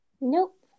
Nope